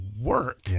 work—